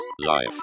life